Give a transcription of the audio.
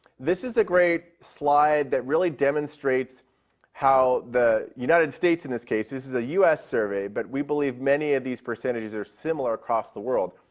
this is a great slide that really demonstrates how the united states in this case this is a us survey, but we believe many of these percentages are similar across the world.